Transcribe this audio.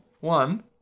One